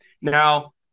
Now